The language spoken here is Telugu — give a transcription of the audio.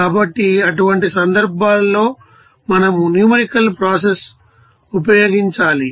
కాబట్టి అటువంటి సందర్భాల్లో మనం న్యూమరికల్ ప్రాసెస్ ఉపయోగించాలి